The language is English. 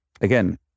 again